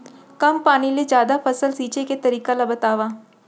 कम पानी ले जादा फसल सींचे के तरीका ला बतावव?